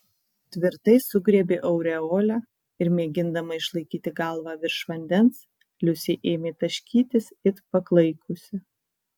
tvirtai sugriebė aureolę ir mėgindama išlaikyti galvą virš vandens liusė ėmė taškytis it paklaikusi